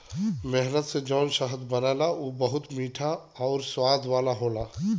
मेहनत से जौन शहद बनला उ बहुते मीठा आउर स्वाद वाला होला